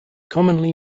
commonly